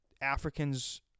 africans